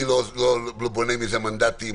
אני לא בונה מזה מנדטים,